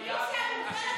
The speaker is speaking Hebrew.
הוא חייב.